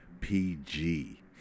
pg